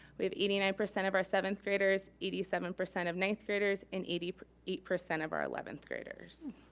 we have eighty nine percent of our seventh graders, eighty seven percent of ninth graders, and eighty eight percent of our eleventh graders.